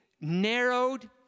narrowed